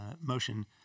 motion